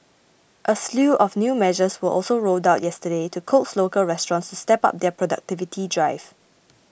a slew of new measures were also rolled out yesterday to coax local restaurants to step up their productivity drive